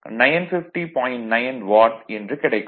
9 watt என்று கிடைக்கும்